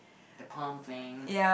the pumping